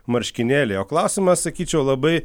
marškinėliai o klausimas sakyčiau labai